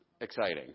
exciting